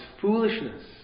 foolishness